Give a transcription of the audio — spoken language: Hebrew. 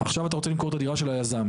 עכשיו, אתה רוצה למכור את הדירה של היזם.